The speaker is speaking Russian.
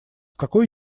какой